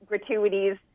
gratuities